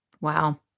Wow